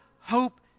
hope